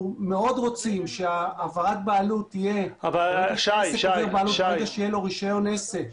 אנחנו מאוד רוצים שהעברת בעלות תהיה ברגע שיהיה לאדם רישיון עסק.